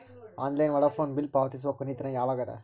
Online Vodafone bill ಪಾವತಿಸುವ ಕೊನಿ ದಿನ ಯವಾಗ ಅದ?